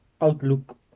outlook